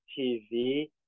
tv